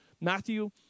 Matthew